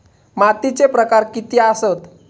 मातीचे प्रकार किती आसत?